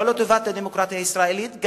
גם לא לטובת הדמוקרטיה הישראלית,